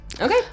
Okay